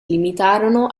limitarono